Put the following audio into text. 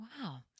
Wow